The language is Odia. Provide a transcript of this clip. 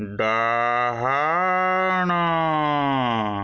ଡାହାଣ